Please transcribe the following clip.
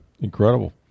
Incredible